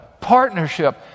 partnership